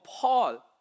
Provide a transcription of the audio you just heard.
Paul